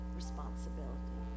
responsibility